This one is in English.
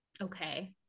Okay